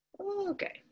Okay